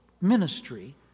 ministry